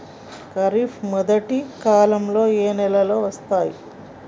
ఖరీఫ్ మొదటి కాలంలో ఏ నెలలు వస్తాయి?